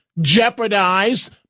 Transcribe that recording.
jeopardized